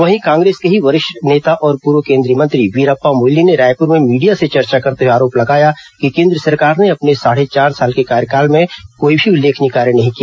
वहीं कांग्रेस के ही वरिष्ठ नेता और पूर्व केंद्रीय मंत्री वीरप्पा मोइली ने रायपुर में मीडिया से चर्चा करते हुए आरोप लगाया कि केंद्र सरकार ने अपने साढ़े चार साल के कार्यकाल में कोई भी उल्लेखनीय ँ कार्य नहीं किया